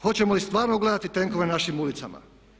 Hoćemo li stvarno gledati tenkove na našim ulicama?